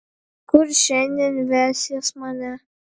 kur šiandien vesies mane